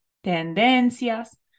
tendencias